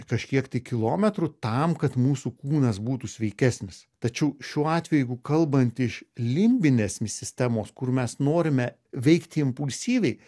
kažkiek tai kilometrų tam kad mūsų kūnas būtų sveikesnis tačiau šiuo atveju jeigu kalbant iš limbinės sistemos kur mes norime veikti impulsyviai